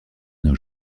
nos